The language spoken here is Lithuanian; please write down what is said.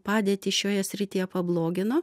padėtį šioje srityje pablogino